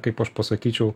kaip aš pasakyčiau